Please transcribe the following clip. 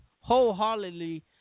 wholeheartedly